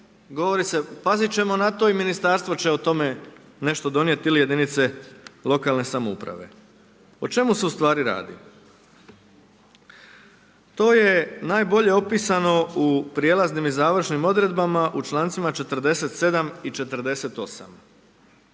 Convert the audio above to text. govori se pazit ćemo na to i ministarstvo će o tome nešto donijet ili jedinice lokalne samouprave. O čemu se ustvari radi? To je najbolje opisano u prijelaznim i završnim odredbama u člancima 47. i 48.